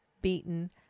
beaten